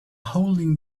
holding